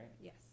Yes